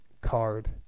Card